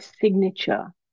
signature